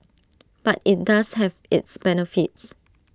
but IT does have its benefits